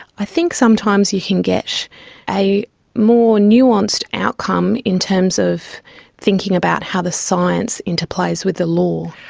i think sometimes you can get a more nuanced outcome in terms of thinking about how the science interplays with the law.